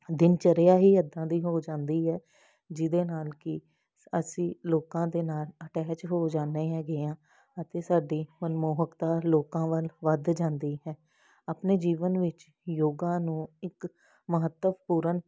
ਦਿਨ ਚਰਿਆ ਹੀ ਐਦਾਂ ਦੀ ਹੋ ਜਾਂਦੀ ਹੈ ਜਿਹਦੇ ਨਾਲ ਕਿ ਅਸੀਂ ਲੋਕਾਂ ਦੇ ਨਾਲ ਅਟੈਚ ਹੋ ਜਾਂਦੇ ਹੈਗੇ ਹਾਂ ਅਤੇ ਸਾਡੀ ਮਨਮੋਹਕਤਾ ਲੋਕਾਂ ਵੱਧ ਜਾਂਦੀ ਹੈ ਆਪਣੇ ਜੀਵਨ ਵਿੱਚ ਯੋਗਾ ਨੂੰ ਇੱਕ ਮਹੱਤਵਪੂਰਨ